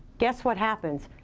guess what happens?